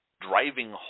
driving